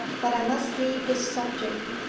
but i must leave this subject.